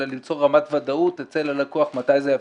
אלא ליצור רמת וודאות אצל הלקוח מתי זה יעבור.